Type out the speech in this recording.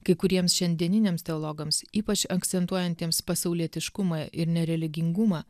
kai kuriems šiandieniniams teologams ypač akcentuojantiems pasaulietiškumą ir nereligingumą